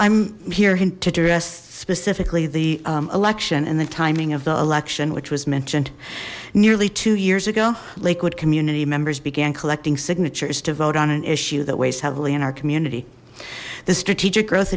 i'm here addressed specifically the election and the timing of the election which was mentioned nearly two years ago lakewood community members began collecting signatures to vote on an issue that weighs heavily in our community the strategic gro